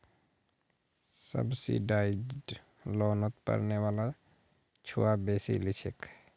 subsidised लोनोत पढ़ने वाला छुआ बेसी लिछेक